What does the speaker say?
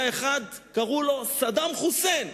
היה אחד, קראו לו סדאם חוסיין,